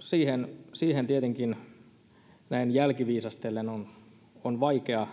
siihen siihen tietenkin näin jälkiviisastellen on on vaikea